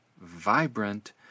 vibrant